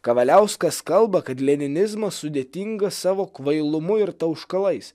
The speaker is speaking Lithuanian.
kavaliauskas kalba kad leninizmas sudėtinga savo kvailumu ir tauškalais